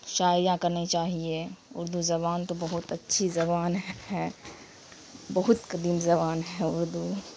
شاعریاں کرنی چاہیے اردو زبان تو بہت اچھی زبان ہے بہت قدیم زبان ہے اردو